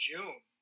June